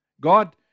God